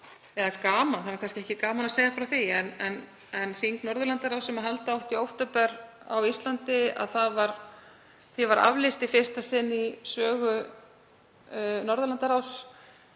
— eða það er kannski ekki gaman að segja frá því en þingi Norðurlandaráðs, sem halda átti í október á Íslandi, var aflýst í fyrsta sinn í sögu Norðurlandaráðs.